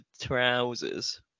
trousers